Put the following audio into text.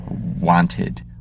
wanted